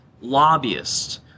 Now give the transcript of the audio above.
lobbyists